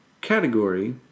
category